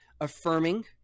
affirming